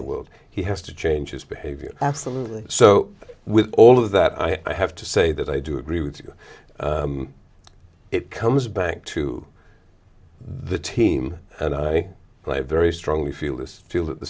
the world he has to change his behavior absolutely so with all of that i have to say that i do agree with you it comes back to the team and i play very strongly feel this feel that the